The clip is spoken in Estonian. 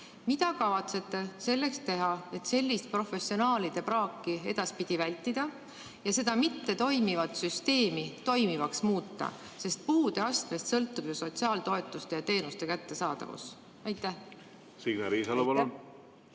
Mida kavatsete selleks teha, et sellist professionaalide praaki edaspidi vältida ja mittetoimivat süsteemi toimivaks muuta, sest puudeastmest sõltub ju sotsiaaltoetuste ja teenuste kättesaadavus? Aitäh!